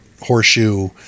horseshoe